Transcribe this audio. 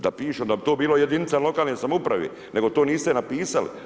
Da piše onda bi to bilo jedinice lokalne samouprava nego to niste napisali.